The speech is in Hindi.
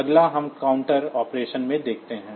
अगला हम काउंटर ऑपरेशन में देखते हैं